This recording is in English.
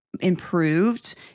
improved